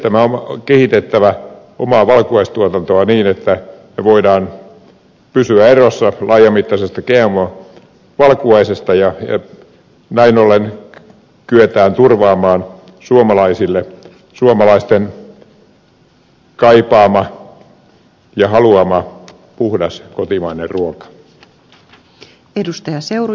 meidän on kehitettävä omaa valkuaistuotantoamme niin että voidaan pysyä erossa laajamittaisesta gmo valkuaisesta ja näin ollen kyetään turvaamaan suomalaisille suomalaisten kaipaama ja haluama puhdas kotimainen ruoka